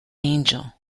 angel